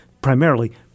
primarily